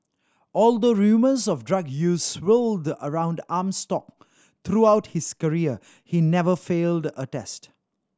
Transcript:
although rumours of drug use swirled around Armstrong throughout his career he never failed a test